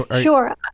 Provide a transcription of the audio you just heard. Sure